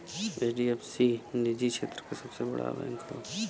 HDFC निजी क्षेत्र क सबसे बड़ा बैंक हौ